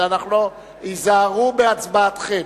היזהרו בהצבעתכם.